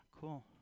cool